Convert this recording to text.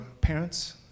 parents